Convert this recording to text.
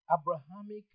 abrahamic